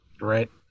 right